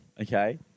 Okay